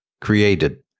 created